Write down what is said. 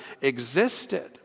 existed